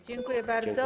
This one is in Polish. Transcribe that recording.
Dziękuję bardzo.